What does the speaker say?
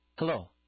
Hello